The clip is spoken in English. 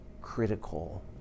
critical